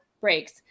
breaks